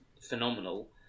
phenomenal